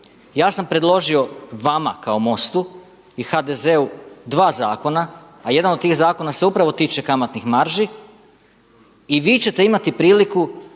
Ja sam predložio vama kao Mostu i HDZ-u dva zakona a jedan od tih zakona se upravo tiče kamatnih marži i vi ćete imati priliku